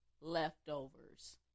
Leftovers